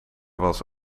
was